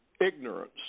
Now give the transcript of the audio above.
ignorance